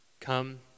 come